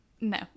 No